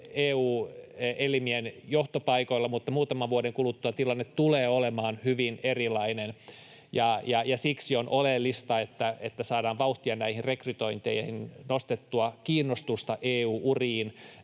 EU- elimien johtopaikoilla, mutta muutaman vuoden kuluttua tilanne tulee olemaan hyvin erilainen. Siksi on oleellista, että saadaan vauhtia näihin rekrytointeihin, nostettua kiinnostusta EU-uriin,